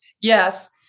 Yes